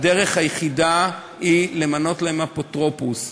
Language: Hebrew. הדרך היחידה היא למנות להם אפוטרופוס.